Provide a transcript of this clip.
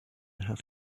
have